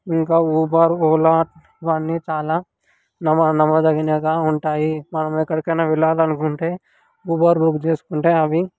ఇంకా ఊబర్ ఓలా ఇవన్నీ చాలా నమ్మ నమ్మదగినవిగా ఉంటాయి మనం ఎక్కడికైనా వెళ్ళాలనుకుంటే ఉబర్ బుక్ చేసుకుంటే అవి